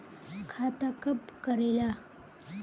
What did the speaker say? खाता कब करेला?